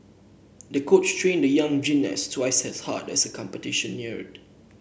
the coach trained the young gymnast twice as hard as the competition neared